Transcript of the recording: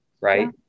right